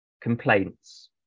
complaints